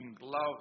love